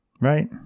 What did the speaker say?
Right